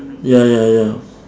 ya ya ya